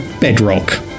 Bedrock